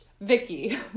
Vicky